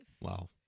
Wow